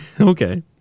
Okay